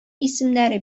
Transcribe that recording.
исемнәре